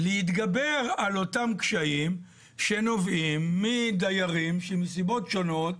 להתגבר על אולם קשיים שנובעים מדיירים שמסיבות שונות,